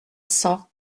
cents